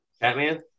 Batman